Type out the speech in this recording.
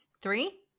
Three